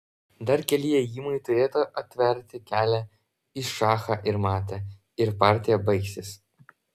dar keli ėjimai turėtų atverti kelią į šachą ir matą ir partija baigsis